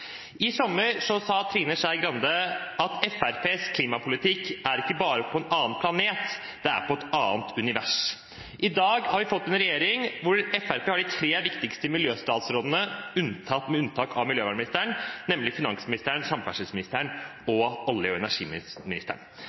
I sommer sa Trine Skei Grande at Fremskrittspartiets klimapolitikk ikke bare er «på en annen planet»; den er «i et annet univers». I dag har vi fått en regjering der Fremskrittspartiet har de tre viktigste miljøstatsrådene, med unntak av miljøvernministeren, nemlig finansministeren, samferdselsministeren og olje- og energiministeren.